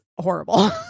horrible